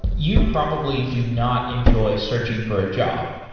you probably do not enjoy searching for a job.